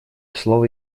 слово